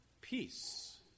peace